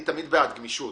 אני תמיד בעד גמישות,